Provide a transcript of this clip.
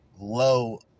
low